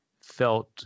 felt